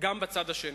גם בצד השני.